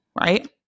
right